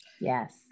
Yes